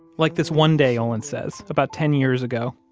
like this one day, olin says, about ten years ago,